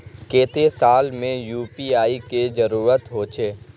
केते साल में यु.पी.आई के जरुरत होचे?